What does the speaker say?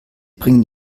bringt